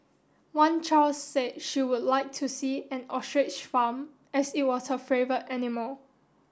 one child said she would like to see an ostrich farm as it was her favourite animal